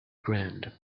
grand